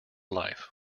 life